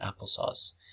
applesauce